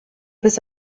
was